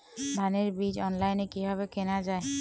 ধানের বীজ অনলাইনে কিভাবে কেনা যায়?